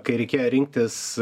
kai reikėjo rinktis